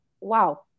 wow